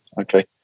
Okay